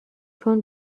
چون